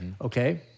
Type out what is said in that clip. Okay